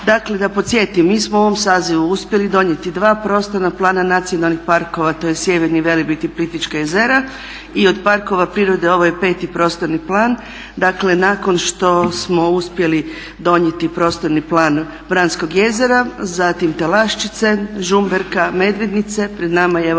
Dakle da podsjetim, mi smo u ovom sazivu uspjeli donijeti dva prostorna plana nacionalnih parkova, to je Sjeverni Velebit i Plitvička jezera, i od parkova prirode ovo je peti prostorni plan. Dakle, nakon što smo uspjeli donijeti prostorni plan Vranskog jezera, zatim Telaščice, Žumberka, Medvednice pred nama je evo